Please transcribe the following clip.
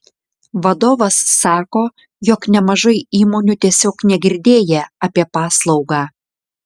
vadovas sako jog nemažai įmonių tiesiog negirdėję apie paslaugą